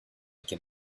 can